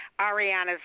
Ariana's